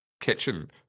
kitchen